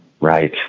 Right